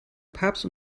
papst